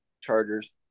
Chargers